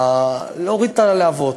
להוריד את הלהבות.